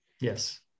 yes